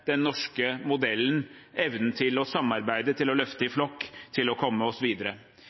den norske modellen, evnen til å samarbeide, til å løfte i flokk, til å komme oss videre.